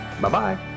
bye-bye